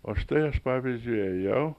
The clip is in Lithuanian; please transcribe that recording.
o štai aš pavyzdžiui ėjau